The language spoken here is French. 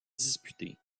disputée